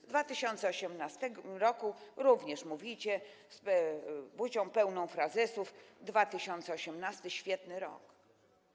W 2018 r. również mówicie, z buzią pełną frazesów: 2018 to świetny rok.